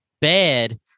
bad